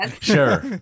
Sure